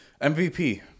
MVP